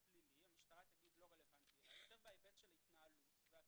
המשטרה תגיד שזה לא רלוונטי מבחינתה כי זה בהיבט התנהלות ופיקוח,